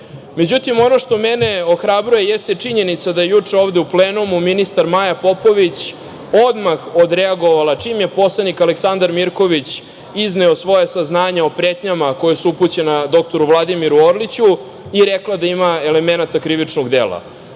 pretnja.Međutim, ono što mene ohrabruje jeste činjenica da je juče ovde u plenumu ministar Maja Popović odmah odreagovala čim je poslanik Aleksandar Mirković izneo svoje saznanje o pretnjama koje su upućene dr Vladimiru Orliću i rekla da ima elemenata krivičnog dela.